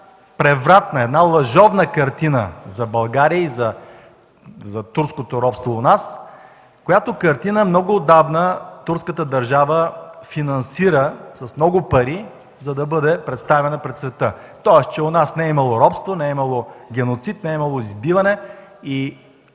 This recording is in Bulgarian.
превратна, една лъжовна картина за България и за турското робство у нас, която картина много отдавна турската държава финансира с много пари, за да бъде представена пред света. Тоест, че у нас не е имало робство, не е имало геноцид, не е имало избиване и